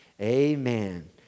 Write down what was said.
Amen